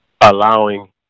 allowing